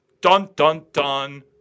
dun-dun-dun